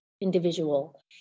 individual